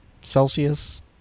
Celsius